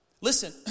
Listen